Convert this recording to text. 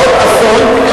לעוד אסון,